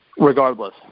Regardless